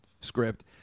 script